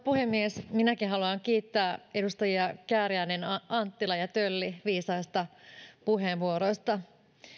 puhemies minäkin haluan kiittää edustajia kääriäinen anttila ja tölli viisaista puheenvuoroista